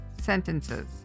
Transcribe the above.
sentences